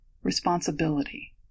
responsibility